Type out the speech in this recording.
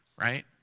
right